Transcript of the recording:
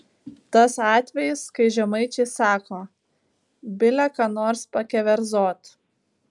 tas atvejis kai žemaičiai sako bile ką nors pakeverzot